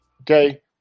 okay